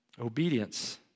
Obedience